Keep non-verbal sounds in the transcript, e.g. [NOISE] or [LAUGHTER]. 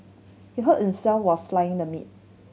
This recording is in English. he hurt himself while [UNINTELLIGIBLE] the meat